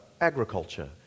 agriculture